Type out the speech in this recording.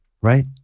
Right